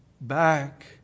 back